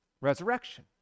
resurrection